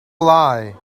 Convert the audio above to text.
lie